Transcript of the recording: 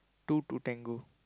two to tango